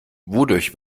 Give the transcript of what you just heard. wodurch